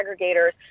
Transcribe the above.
aggregators